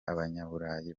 abanyaburayi